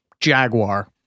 Jaguar